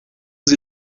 sie